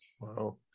Wow